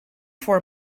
for